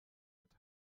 mit